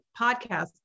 podcast